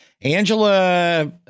Angela